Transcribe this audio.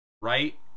right